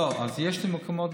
לא, אז יש לי מקומות.